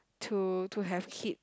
to to have kids